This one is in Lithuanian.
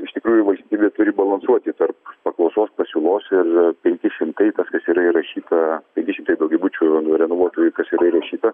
iš tikrųjų valstybė turi balansuoti tarp paklausos pasiūlos ir penki šimtai tas kas yra įrašyta penki šimtai daugiabučių renovuotųjų kas yra įrašyta